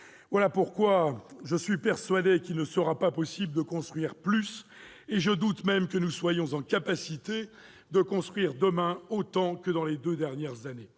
Voilà pourquoi je suis persuadé qu'il ne sera pas possible de construire plus. Je doute même que nous soyons en mesure de construire demain autant qu'au cours des deux dernières années.